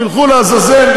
שילכו לעזאזל,